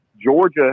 Georgia